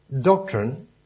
doctrine